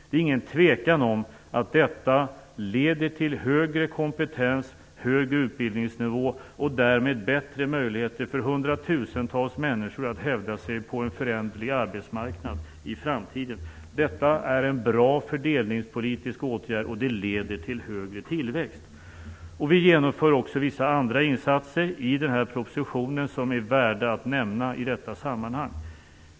Det är ingen tvekan om att den leder till högre kompetens, högre utbildningsnivå och därmed bättre möjligheter för hundratusentals människor att hävda sig på en föränderlig arbetsmarknad i framtiden. Detta är en bra fördelningspolitisk åtgärd, och den leder till högre tillväxt. I propositionen föreslår vi också vissa andra insatser som är värda att nämna i detta sammanhang.